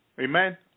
Amen